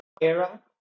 era